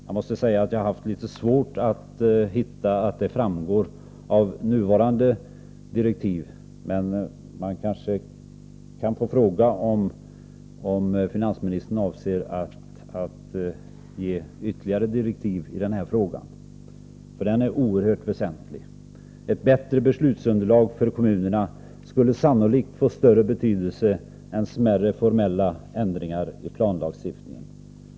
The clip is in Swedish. Jag har haft litet svårt att se att detta framgår av nuvarande direktiv, men man kanske kan få fråga om finansministern avser att ge ytterligare direktiv i denna fråga — den är utomordentligt väsentlig. Ett bättre beslutsunderlag för kommunerna skulle sannolikt få större betydelse än smärre formella ändringar i planlagstiftningen.